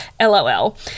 LOL